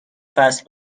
فصل